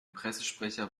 pressesprecher